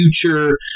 future